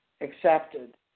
accepted